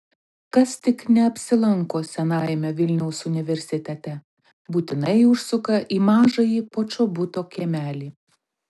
kas tik neapsilanko senajame vilniaus universitete būtinai užsuka į mažąjį počobuto kiemelį